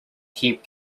keep